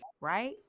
Right